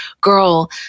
girl